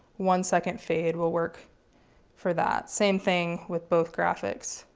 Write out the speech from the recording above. one-second fade will work for that. same thing with both graphics.